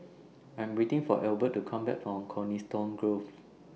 I Am waiting For Egbert to Come Back from Coniston Grove